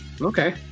Okay